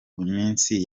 iminsi